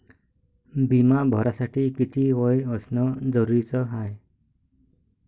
बिमा भरासाठी किती वय असनं जरुरीच हाय?